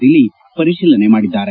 ದಿಲೀಪ್ ಪರಿಶೀಲನೆ ಮಾಡಿದ್ದಾರೆ